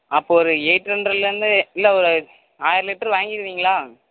அப்போ ஒரு எயிட் ஹண்ட்ரெட்லேருந்து இல்லை ஒரு ஆயிரம் லிட்ரு வாங்கிடுவீங்களா